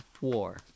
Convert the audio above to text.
war